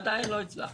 עדיין לא הצלחתי.